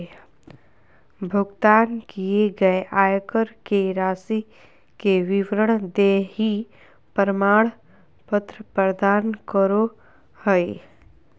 भुगतान किए गए आयकर के राशि के विवरण देहइ प्रमाण पत्र प्रदान करो हइ